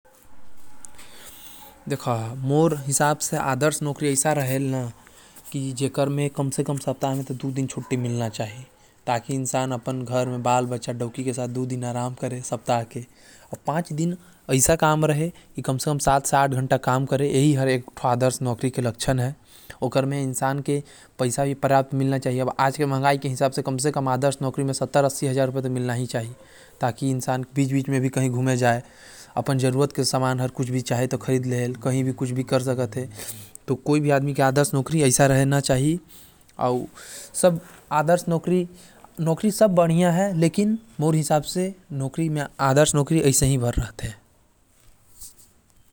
देखा आदर्श नौकरी मोर बर हो हवे जो दो दिन के छुट्टी और पांच दिन सात आठ घंटा के काम करवाए अउ सत्तर, अस्सी हजार पगार होये जेकर में आदमी परिवार के साथ छुट्टी बिताये अउ डवकी ग़ुमाये।